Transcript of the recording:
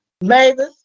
Mavis